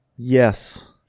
Yes